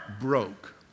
broke